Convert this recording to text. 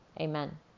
amen